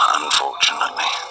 unfortunately